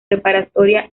preparatoria